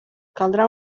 caldrà